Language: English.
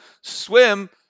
swim –